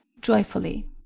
joyfully